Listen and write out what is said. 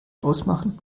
ausmachen